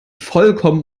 vollkommen